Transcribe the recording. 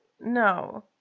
No